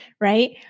Right